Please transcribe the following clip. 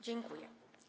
Dziękuję.